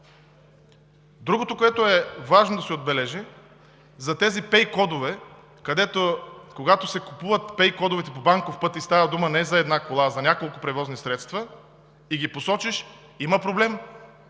Другото важно да се отбележи е за пей кодовете. Когато се купуват пей кодовете по банков път и става дума не за една кола, а за няколко превозни средства и ги посочиш, има проблем,